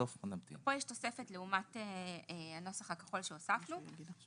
ופה יש תוספת לעומת הנוסח הכחול שהוספנו: "(ג1)